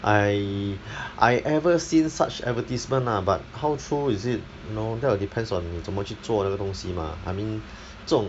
I I ever seen such advertisement lah but how true is it no that will depends on 你怎么去做这个东西 mah I mean 这种